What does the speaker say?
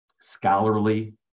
scholarly